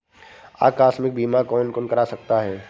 आकस्मिक बीमा कौन कौन करा सकता है?